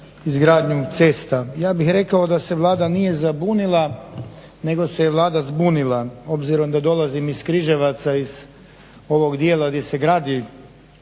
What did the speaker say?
zbunila.